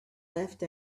left